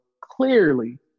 Clearly